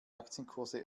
aktienkurse